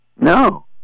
No